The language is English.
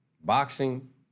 Boxing